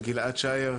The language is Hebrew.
של גלעד שאער,